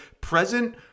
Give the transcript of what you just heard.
present